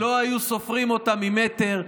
לא היו סופרים אותה ממטר.